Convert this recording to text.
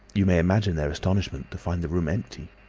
you may imagine their astonishment to find the room empty.